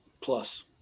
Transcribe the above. plus